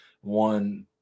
one